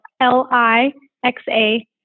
L-I-X-A